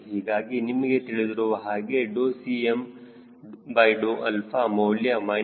ಹೀಗಾಗಿ ನಿಮಗೆ ತಿಳಿದಿರುವ ಹಾಗೆ Cm ಮೌಲ್ಯ 0